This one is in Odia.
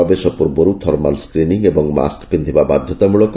ପ୍ରବେଶ ପ୍ରବରୁ ଥର୍ମାଲ ସ୍କ୍ରିନିଂ ଏବଂ ମାସ୍କ ପିନ୍ବିବା ବାଧ୍ଧତାମ୍ମଳକ